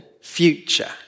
future